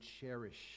cherish